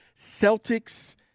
Celtics